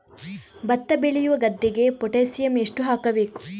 ಭತ್ತ ಬೆಳೆಯುವ ಗದ್ದೆಗೆ ಪೊಟ್ಯಾಸಿಯಂ ಎಷ್ಟು ಹಾಕಬೇಕು?